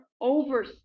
over